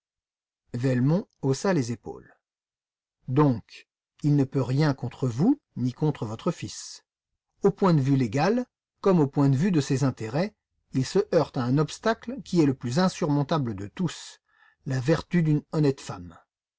haussa les épaules donc il ne peut rien contre vous ni contre votre fils au point de vue légal comme au point de vue de ses intérêts il se heurte à un obstacle qui est le plus insurmontable de tous la vertu d'une honnête femme